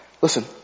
Listen